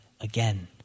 again